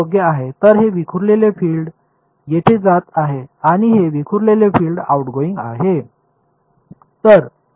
तर हे विखुरलेले फील्ड येथे जात आहे आणि हे विखुरलेले फील्ड आउटगोइंग आहे